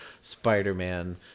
Spider-Man